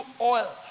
oil